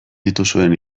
dituzuen